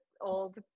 old